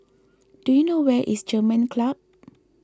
do you know where is German Club